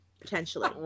potentially